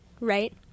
right